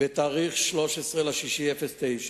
ב-13 ביוני 2009,